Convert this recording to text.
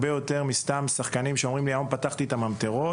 זו משמעות אדירה הרבה יותר משחקנים שפותחים ממטרות.